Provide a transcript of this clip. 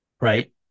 Right